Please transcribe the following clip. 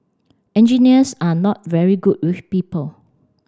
engineers are not very good with people